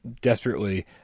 desperately